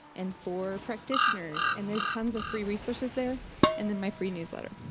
and for practitioners and there's tons of free resources there and then my free newsletter.